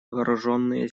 вооруженные